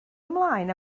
ymlaen